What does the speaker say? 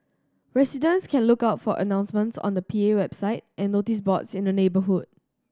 residents can look out for announcements on the P A website and notice boards in the neighbourhood